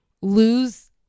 Lose